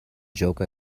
joke